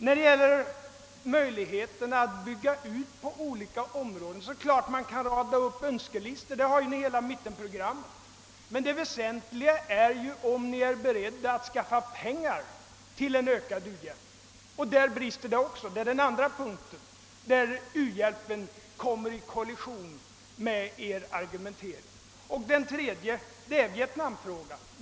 När det gäller möjligheterna till utbyggnader på olika områden kan man självfallet rada upp sina önskelistor. Se bara på hela mittenprogrammet! Det väsentliga är emellertid om ni är beredda att skaffa pengar till en ökad uhjälp, och därvidlag brister det också. Det är den andra punkten där inställningen till u-hjälpen kommer i kollision med er argumentering i övrigt. Den tredje punkten är Vietnamfrågan.